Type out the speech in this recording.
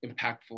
impactful